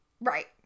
Right